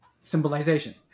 symbolization